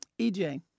EJ